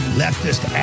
leftist